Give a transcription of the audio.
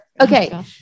Okay